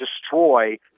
destroy